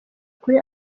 ukuri